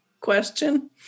question